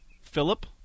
Philip